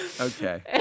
Okay